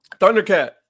Thundercat